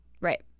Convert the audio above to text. right